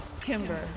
Kimber